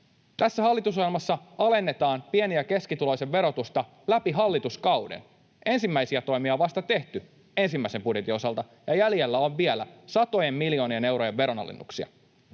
Tässä hallitusohjelmassa alennetaan pieni- ja keskituloisten verotusta läpi hallituskauden. Vasta ensimmäisiä toimia on tehty ensimmäisen budjetin osalta, ja jäljellä on vielä satojen miljoonien eurojen veronalennuksia.